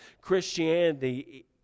Christianity